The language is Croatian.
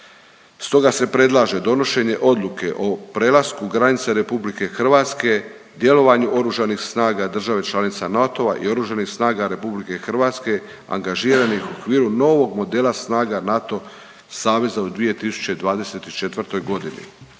Stoga se predlaže donošenje odluke o prelasku granice RH, djelovanju oružanih snaga države članice NATO-a i OSRH, angažiranih u okviru novog modela snaga NATO saveza u 2024. g.